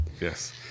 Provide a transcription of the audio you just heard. Yes